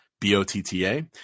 b-o-t-t-a